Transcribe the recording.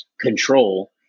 control